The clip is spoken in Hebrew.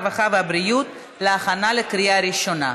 הרווחה והבריאות להכנה לקריאה ראשונה.